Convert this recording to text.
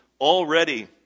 already